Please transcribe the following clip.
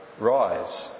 rise